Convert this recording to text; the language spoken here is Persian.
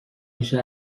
میشه